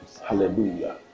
Hallelujah